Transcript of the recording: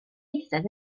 eistedd